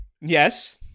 Yes